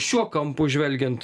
šiuo kampu žvelgiant